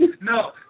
no